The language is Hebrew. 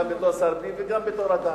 גם בתור שר פנים וגם בתור אדם.